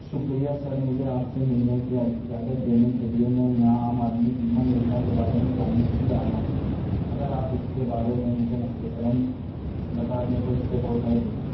شکریہ سر مجھے آپ سے ملنے کی اجازت دینے کے لیے میں یہاں عام آدمی بیمہ یوجنا کے بارے میں جاننے کے لیے آیا ہوں اگر آپ اس کے بارے میں مجھے مختصراً بتا دیں تو اس سے بہت مدد ہوگی